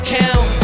count